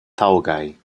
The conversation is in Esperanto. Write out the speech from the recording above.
taŭgaj